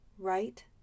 Right